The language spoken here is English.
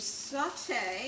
saute